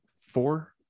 four